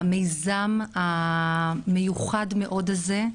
המיזם המיוחד מאוד הזה,